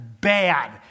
bad